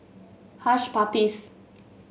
Hush Puppies